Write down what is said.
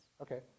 okay